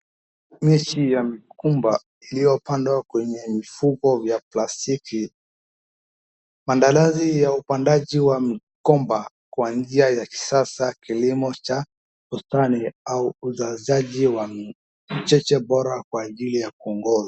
Miti ya migomba iliyopandwa kwenye vifuko vya plastiki, madarati ya upandaji wa migomba kwa njia ya kisasa kilimo cha ustani au uzozaji wa cheche bora kwa ajili ya kunguru.